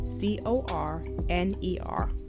C-O-R-N-E-R